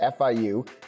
FIU